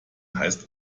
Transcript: heißt